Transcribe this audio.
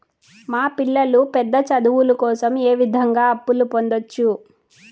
మా పిల్లలు పెద్ద చదువులు కోసం ఏ విధంగా అప్పు పొందొచ్చు?